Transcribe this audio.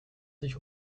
sich